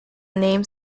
name